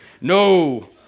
No